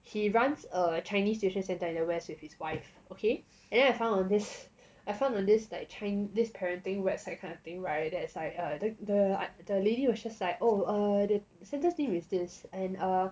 he runs a chinese tuition centre in the west with his wife okay and then I found on this I found the list like this parenting website kind of thing [right] that is like err the the the lady was just like oh err the centre's fees is this and err